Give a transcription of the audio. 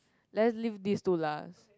let's leave these two last